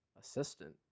assistant